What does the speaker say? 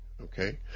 Okay